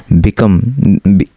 become